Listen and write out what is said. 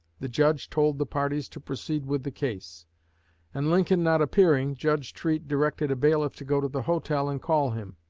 the judge told the parties to proceed with the case and lincoln not appearing, judge treat directed a bailiff to go to the hotel and call him.